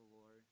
Lord